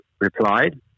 replied